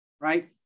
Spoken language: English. right